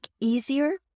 easier